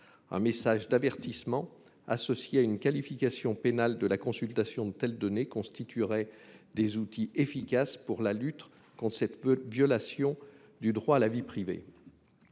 Un message d’avertissement, associé à une qualification pénale de la consultation de telles données, constituerait un outil efficace pour la lutte contre cette violation du droit à la vie privée.